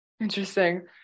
Interesting